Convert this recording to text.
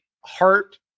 heart